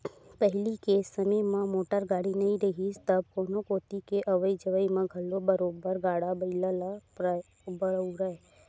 पहिली के समे म मोटर गाड़ी नइ रिहिस तब कोनो कोती के अवई जवई म घलो बरोबर गाड़ा बइला ल बउरय